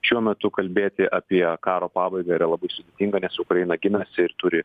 šiuo metu kalbėti apie karo pabaigą yra labai sudėtinga nes ukraina ginasi ir turi